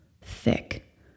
thick